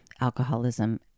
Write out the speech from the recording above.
alcoholism